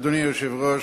אדוני היושב-ראש,